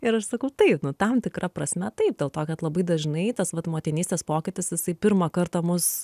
ir aš sakau taip nu tam tikra prasme taip dėl to kad labai dažnai tas vat motinystės pokytis jisai pirmą kartą mus